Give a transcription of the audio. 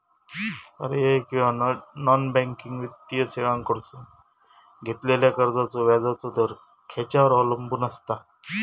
पर्यायी किंवा non banking वित्तीय सेवांकडसून घेतलेल्या कर्जाचो व्याजाचा दर खेच्यार अवलंबून आसता?